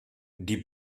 die